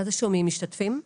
מה זה שומעים, משתתפים?